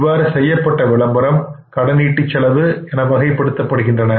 இவ்வாறு செய்யப்பட்ட விளம்பரம் கடனீட்டு செலவு என வகைப்படுத்தப்படுகின்றன